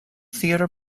theater